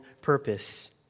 purpose—